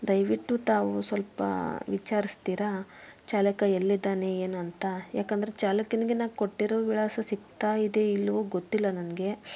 ದಯವಿಟ್ಟು ತಾವು ಸ್ವಲ್ಪ ವಿಚಾರಿಸ್ತೀರಾ ಚಾಲಕ ಎಲ್ಲಿದ್ದಾನೆ ಏನಂತ ಯಾಕಂದರೆ ಚಾಲಕನಿಗೆ ನಾನು ಕೊಟ್ಟಿರೋ ವಿಳಾಸ ಸಿಗ್ತಾ ಇದೆ ಇಲ್ಲವೋ ಗೊತ್ತಿಲ್ಲ ನನಗೆ